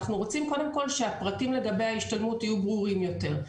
אנחנו רוצים קודם כול שהפרטים לגבי ההשתלמות יהיו ברורים יותר,